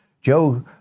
Joe